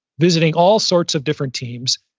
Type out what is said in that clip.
visiting all sorts of different teams,